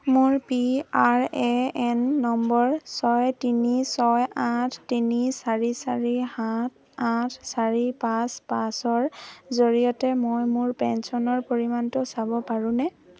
মোৰ P R A N নম্বৰ ছয় তিনি ছয় আঠ তিনি চাৰি চাৰি সাত আঠ চাৰি পাঁচ পাঁচৰ জৰিয়তে মই মোৰ পেঞ্চনৰ পৰিমাণটো চাব পাৰোঁনে